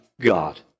God